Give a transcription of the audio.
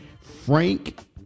Frank